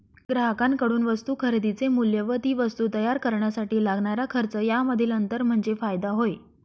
ग्राहकांकडून वस्तू खरेदीचे मूल्य व ती वस्तू तयार करण्यासाठी लागणारा खर्च यामधील अंतर म्हणजे फायदा होय